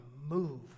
move